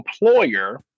employer